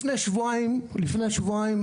לפני שבועיים,